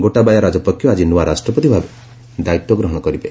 ଗୋଟାବାୟା ରାଜପକ୍ଷ ଆକ୍କି ନୂଆ ରାଷ୍ଟ୍ରପତି ଭାବେ ଦାୟିତ୍ୱ ଗ୍ରହଣ କରିବେ